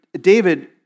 David